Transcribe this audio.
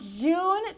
June